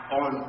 on